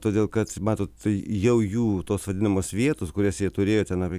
todėl kad matot jau jų tos vadinamos vietos kurias jie turėjo ten apie